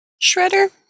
Shredder